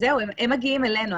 הם מגיעים אלינו,